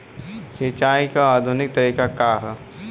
सिंचाई क आधुनिक तरीका का ह?